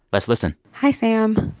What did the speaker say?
let's listen hi, sam.